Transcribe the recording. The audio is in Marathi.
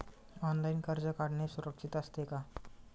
ऑनलाइन कर्ज काढणे सुरक्षित असते का?